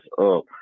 up